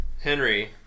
Henry